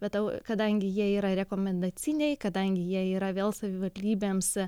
bet tau kadangi jie yra rekomendaciniai kadangi jie yra vėl savivaldybėms